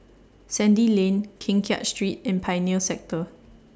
Sandy Lane Keng Kiat Street and Pioneer Sector